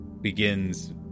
begins